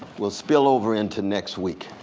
we'll spill over into next week.